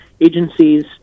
Agencies